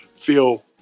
feel